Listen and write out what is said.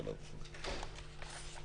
הצהריים.